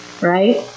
right